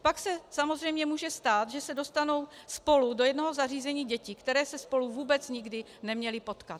Pak se samozřejmě může stát, že se dostanou spolu do jednoho zařízení děti, které se spolu vůbec nikdy neměly potkat.